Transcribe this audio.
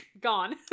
gone